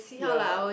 ya